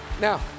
Now